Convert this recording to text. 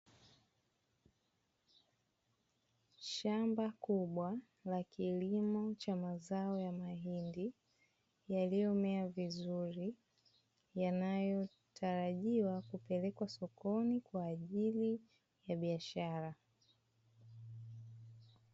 Shamba kubwa la kilimo cha mazao ya mahindi yaliyomea vizuri, yanayotarajiwa kupelekwa sokoni kwa ajili ya biashara.